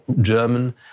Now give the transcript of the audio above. German